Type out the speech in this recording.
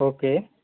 okay